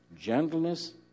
gentleness